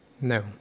No